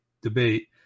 debate